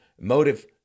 motive